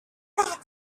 that